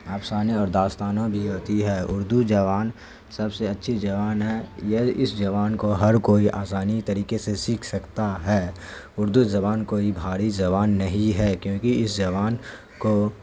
افسانے اور داستانوں بھی ہوتی ہے اردو زبان سب سے اچھی زبان ہے یہ اس زبان کو ہر کوئی آسانی طریقے سے سیکھ سکتا ہے اردو زبان کوئی بھاری زبان نہیں ہے کیوںکہ اس زبان کو